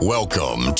Welcome